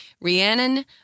Rhiannon